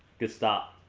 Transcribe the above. good start.